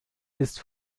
ist